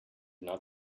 not